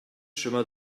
chemin